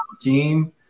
team